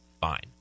fine